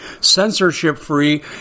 censorship-free